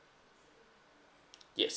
yes